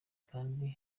kandi